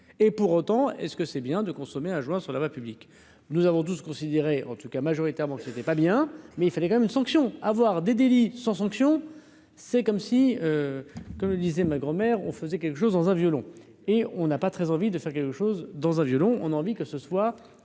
et pour autant est-ce que c'est bien de consommer un joint sur la voie publique, nous avons 12 considéré en tout cas, majoritairement qui n'était pas bien, mais il fallait quand même une sanction, avoir des délits sans sanction, c'est comme si, comme disait ma grand-mère, on faisait quelque chose dans un violon et on n'a pas très envie de faire quelque chose dans un violon, on a envie que ce soit